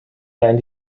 seien